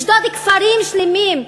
לשדוד כפרים שלמים,